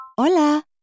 Hola